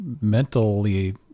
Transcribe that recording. mentally